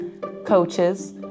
coaches